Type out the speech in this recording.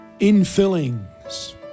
infillings